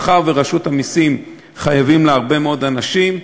מאחר שרשות המסים, חייבים לה הרבה מאוד אנשים,